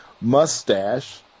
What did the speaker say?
Mustache